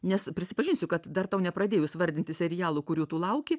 nes prisipažinsiu kad dar tau nepradėjus vardinti serialų kurių tu lauki